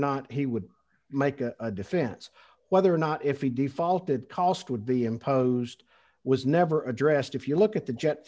not he would make a defense whether or not if he defaulted cost would be imposed was never addressed if you look at the jet